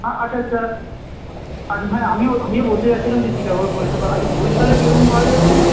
হ্যাঁ আচ্ছা আচ্ছা হ্যাঁ আমিও আমিও বলতে যাচ্ছিলাম যে চিটাগং পরিষেবা আচ্ছা বরিশালে কীরকম পাওয়া যাবে বলুন তো